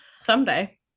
someday